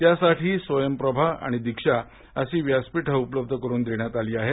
त्यासाठी स्वयं प्रभा आणि दीक्षा अशी व्यासपीठ उपलब्ध करून देण्यात आली आहेत